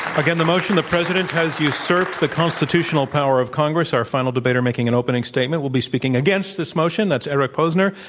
again, the motion, the president has usurped the constitutional power of congress. our final debater making an opening statement will be speaking against this motion. that's eric posner,